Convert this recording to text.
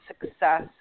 success